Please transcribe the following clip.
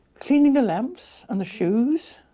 cleaning the lamps and the shoes.